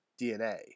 DNA